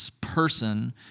person